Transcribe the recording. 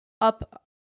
up